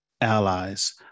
allies